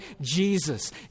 Jesus